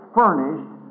furnished